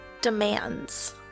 demands